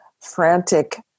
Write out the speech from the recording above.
frantic